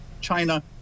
China